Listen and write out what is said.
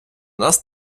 нас